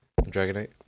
Dragonite